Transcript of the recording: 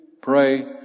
pray